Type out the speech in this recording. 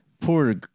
Poor